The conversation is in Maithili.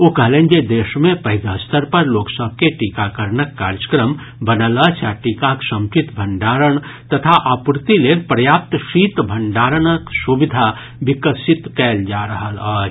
ओ कहलनि जे देश मे पैघ स्तर पर लोक सभ के टीकाकरणक कार्यक्रम बनल अछि आ टीकाक समुचित भंडारण तथा आपूर्ति लेल पर्याप्त शीत भंडारण सुविधा विकास कयल जा रहल अछि